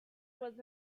was